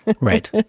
Right